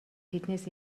тэднээс